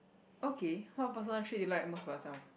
okay what personal trait do you like most about yourself